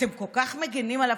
אתם כל כך מגינים עליו,